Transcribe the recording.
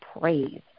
praise